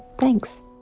thanks